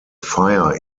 fire